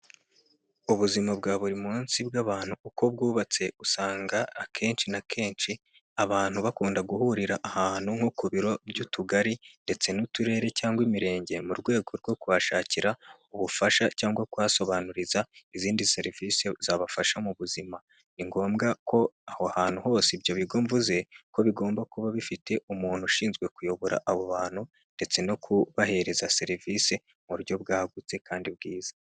Ubuzima bwa buri munsi bw'abantu uko bwubatse usanga akenshi na kenshi abantu bakunda guhurira ahantu nko ku biro by'utugari, ndetse n'uturere, cyangwa imirenge, mu rwego rwo kuhashakira ubufasha, cyangwa kuhasobanuriza izindi serivisi zabafasha mu buzima, ni ngombwa ko aho hantu hose ibyo bigo mvuze ko bigomba kuba bifite umuntu ushinzwe kuyobora abo bantu, ndetse no kubahereza serivisi mu buryo bwagutse kandi bwiza.